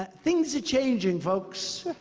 things are changing, folks.